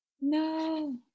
No